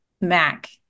mac